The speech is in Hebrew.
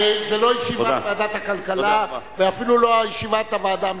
זו לא ישיבת ועדת הכלכלה ואפילו לא ישיבת הוועדה המשותפת.